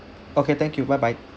okay thank you bye bye